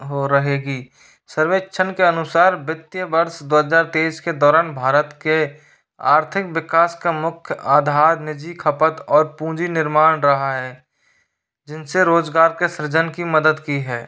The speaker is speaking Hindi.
हो रहेगी सर्वेक्षण के अनुसार वित्तीय वर्स दो हज़ार तेईस के दौरान भारत के आर्थिक विकास का मुख्य आधार निजी खपत और पूंजी निर्माण रहा है जिनसे रोज़गार के सृजन की मदद की है